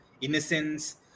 innocence